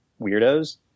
weirdos